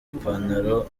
ipantalo